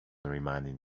reminded